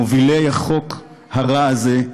מובילי החוק הרע הזה,